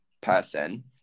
person